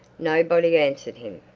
nobody answered him.